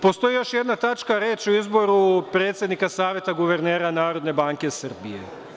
Postoji još jedna tačka a reč je o izboru predsednika Saveta guvernera Narodne banke Srbije.